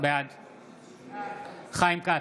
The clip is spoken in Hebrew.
בעד חיים כץ,